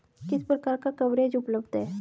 किस प्रकार का कवरेज उपलब्ध है?